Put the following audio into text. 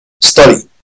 Study